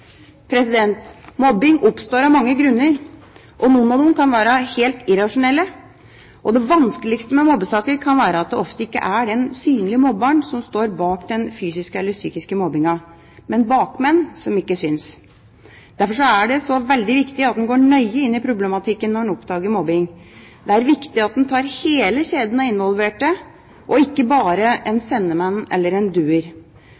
Mobbing oppstår av mange grunner. Noen kan være helt irrasjonelle. Det vanskeligste med mobbesaker kan være at det ofte ikke er den synlige mobberen som står bak den fysiske eller psykiske mobbingen, men «bakmenn» som ikke synes. Derfor er det så veldig viktig at en går nøye inn i problematikken når en oppdager mobbing. Det er viktig at en tar hele kjeden av involverte, ikke bare